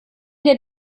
der